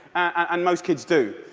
and most kids do.